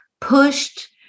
pushed